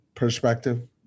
perspective